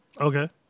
Okay